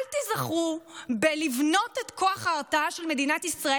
אל תיזכרו בלבנות את כוח ההרתעה של מדינת ישראל